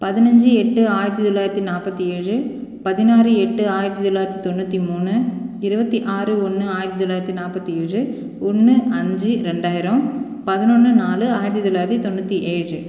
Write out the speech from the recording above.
பதினஞ்சு எட்டு ஆயிரத்து தொளாயிரத்து நாற்பத்தி ஏழு பதினாறு எட்டு ஆயிரத்து தொளாயிரத்து தொன்னுற்றி மூணு இருபத்தி ஆறு ஒன்று ஆயிரத்து தொளாயிரத்து நாற்பத்தி ஏழு ஒன்று அஞ்சு ரெண்டாயிரம் பதனொன்று நாலு ஆயிரத்து தொளாயிரத்து தொன்னுற்றி ஏழு